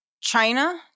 China